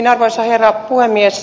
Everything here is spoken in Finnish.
arvoisa puhemies